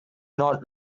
not